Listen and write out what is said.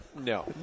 no